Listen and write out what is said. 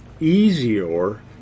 easier